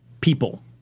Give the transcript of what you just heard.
people